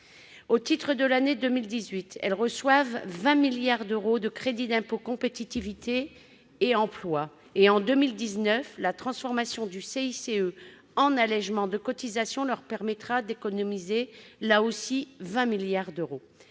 Au titre de l'année 2018, elles reçoivent 20 milliards d'euros de crédit d'impôt compétitivité et emploi. En 2019, la transformation du CICE en allégements de cotisations leur permettra d'économiser là encore 20 milliards d'euros.